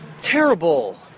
terrible